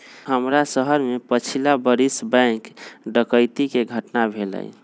हमरे शहर में पछिला बरिस बैंक डकैती कें घटना भेलइ